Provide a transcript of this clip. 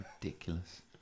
Ridiculous